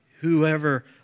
Whoever